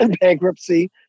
bankruptcy